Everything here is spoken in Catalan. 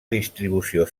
distribució